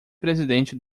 presidente